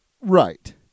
Right